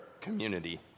community